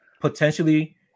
potentially